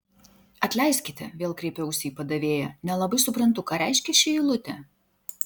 atleiskite vėl kreipiausi į padavėją nelabai suprantu ką reiškia ši eilutė